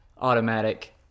automatic